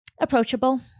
approachable